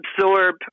absorb